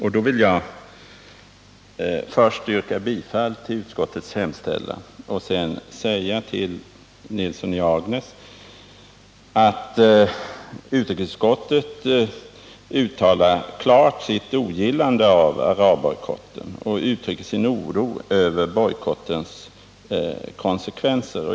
Jag vill först yrka bifall till utskottets hemställan och sedan säga till herr Nilsson i Agnäs att utrikesutskottet klart uttalar sitt ogillande av arabländernas bojkott och uttrycker sin oro över bojkottens konsekvenser.